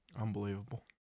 unbelievable